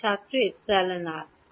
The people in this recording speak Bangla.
ছাত্র এপসিলন আরεr